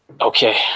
Okay